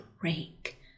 break